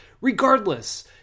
regardless